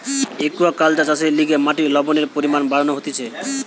aquaculture চাষের লিগে মাটির লবণের পরিমান বাড়ানো হতিছে